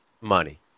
Money